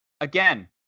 again